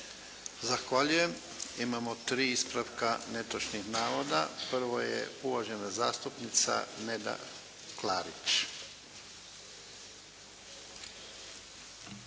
Zahvaljuje. Imamo tri ispravka netočnih navoda. Prvo je uvažena zastupnica Neda Klarić.